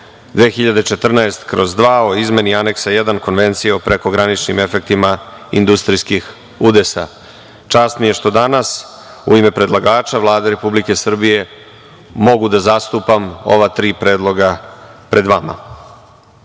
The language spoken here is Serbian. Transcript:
2014/2 o izmeni Aneksa I Konvencije o prekograničnim efektima industrijskih udesa. Čast mi je što danas u ime predlagača Vlade Republike Srbije mogu da zastupam ova tri predloga pred vama. Prvi